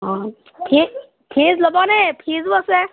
অঁ fridge fridge ল'বনে ফ্ৰিজো আছে